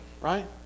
right